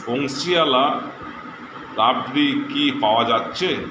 বংশীওয়ালা রাবড়ি কি পাওয়া যাচ্ছে